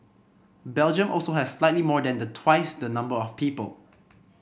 Belgium also has slightly more than the twice the number of people